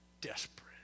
desperate